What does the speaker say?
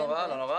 לא נורא.